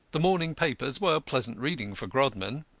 the morning papers were pleasant reading for grodman,